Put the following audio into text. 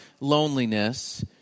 loneliness